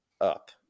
up